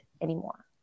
anymore